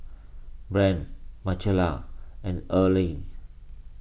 Brien Michaela and Earline